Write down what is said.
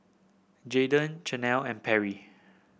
Jadon Chanelle and Perry